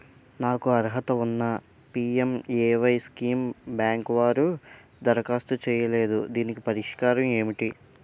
నాకు అర్హత ఉన్నా పి.ఎం.ఎ.వై స్కీమ్ బ్యాంకు వారు దరఖాస్తు చేయలేదు దీనికి పరిష్కారం ఏమిటి?